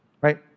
right